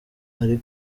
ari